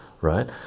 right